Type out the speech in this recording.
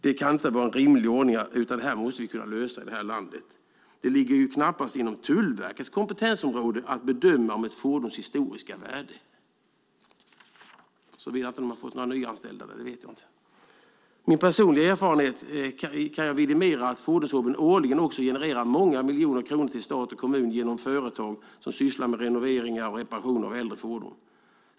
Detta kan inte vara en rimlig ordning, utan det måste vi kunna lösa i det här landet. Det ligger knappast inom Tullverkets kompetensområde att bedöma ett fordons historiska värde såvida de inte har fått några nyanställda. Det vet jag inte. Med personlig erfarenhet kan jag vidimera att fordonshobbyn årligen också genererar många miljoner kronor till stat och kommun genom företag som sysslar med renoveringar och reparationer av äldre fordon.